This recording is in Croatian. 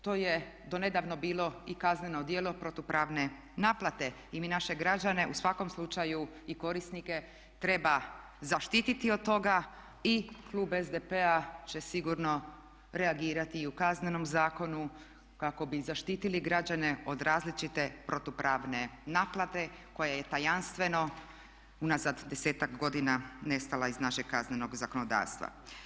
To je nedavno bilo i kazneno djelo protupravne naplate i mi naše građane u svakom slučaju i korisnike treba zaštiti od toga i klub SDP-a će sigurno reagirati i u Kaznenom zakonu kako bi zaštiti građane od različite protupravne naplate koja je tajanstveno unazad desetak godina nestala iz našeg kaznenog zakonodavstva.